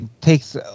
takes